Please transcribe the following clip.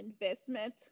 investment